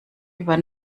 über